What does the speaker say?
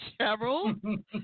Cheryl